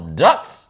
ducks